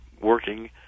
working